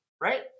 right